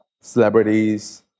celebrities